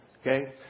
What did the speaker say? okay